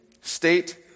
state